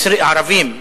ערבים,